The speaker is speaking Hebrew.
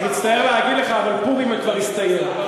אני מצטער להגיד לך, אבל פורים כבר הסתיים.